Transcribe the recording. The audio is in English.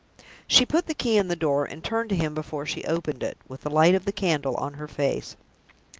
she put the key in the door, and turned to him before she opened it, with the light of the candle on her face.